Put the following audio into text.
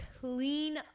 clean